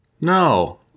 No